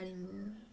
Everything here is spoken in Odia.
ଡାଳିମ୍ବ